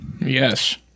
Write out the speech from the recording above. Yes